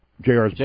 JR